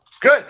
good